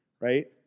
right